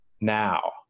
now